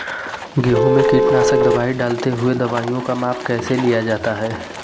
गेहूँ में कीटनाशक दवाई डालते हुऐ दवाईयों का माप कैसे लिया जाता है?